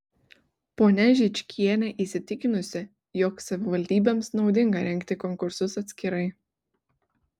ponia žičkienė įsitikinusi jog savivaldybėms naudinga rengti konkursus atskirai